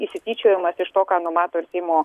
išsityčiojimas iš to ką numato ir seimo